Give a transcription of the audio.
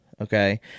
okay